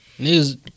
Niggas